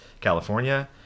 California